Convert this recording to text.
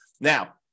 now